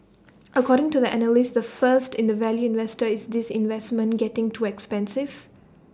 according to the analyst the first in the value investor is this investment getting too expensive